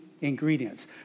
ingredients